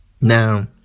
Now